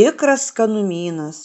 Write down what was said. tikras skanumynas